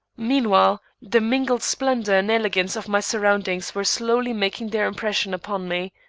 meanwhile the mingled splendor and elegance of my surroundings were slowly making their impression upon me.